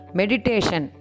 meditation